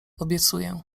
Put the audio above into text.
obiecuję